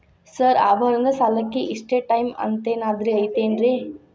Sir ಆಭರಣದ ಸಾಲಕ್ಕೆ ಇಷ್ಟೇ ಟೈಮ್ ಅಂತೆನಾದ್ರಿ ಐತೇನ್ರೇ?